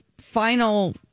final